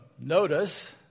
Notice